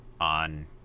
on